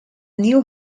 new